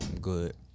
Good